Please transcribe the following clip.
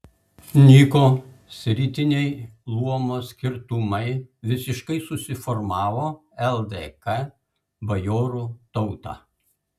nyko sritiniai luomo skirtumai visiškai susiformavo ldk bajorų tauta